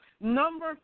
number